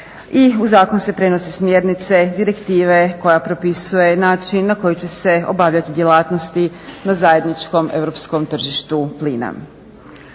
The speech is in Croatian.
i u zakon se prenose smjernice, direktive koja propisuje način na koji će se obavljati djelatnosti na zajedničkom europskom tržištu plina.